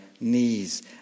knees